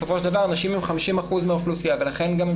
בסופו של דבר שים הן 50% מהאוכלוסייה ולכן הן